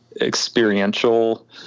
experiential